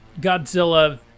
Godzilla